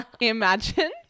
Imagine